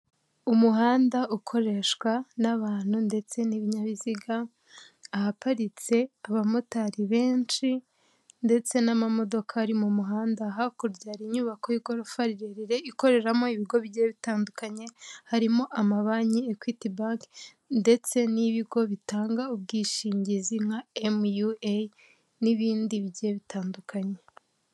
Umuhanda ukoreshwa n'abantu ndetse n'ibinyabiziga, ahaparitse abamotari benshi ndetse n'ama modoka ari mu muhanda, hakurya har’inyubako y'igorofa rirerire ikoreramo ibigo bitandukanye harimo ama bank, equity bank ndetse n'ibigo bitanga ubwishingizi nka MUA n'ibindi bigiye bitandukanye.